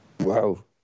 Wow